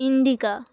Indica